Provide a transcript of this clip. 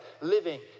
living